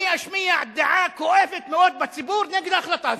אני אשמיע דעה כואבת מאוד בציבור נגד ההחלטה הזאת.